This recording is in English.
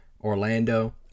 Orlando